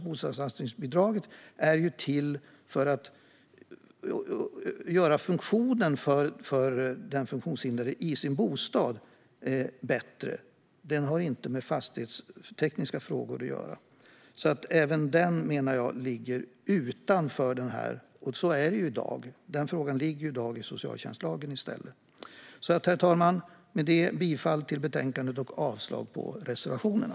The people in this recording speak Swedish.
Bostadsanpassningsbidraget är ju till för att förbättra funktionen i den funktionshindrades bostad och har inte med fastighetstekniska frågor att göra. Frågan ligger i dag i socialtjänstlagen i stället. Herr talman! Med detta yrkar jag bifall till utskottets förslag och avslag på reservationerna.